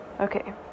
okay